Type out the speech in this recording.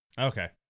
Okay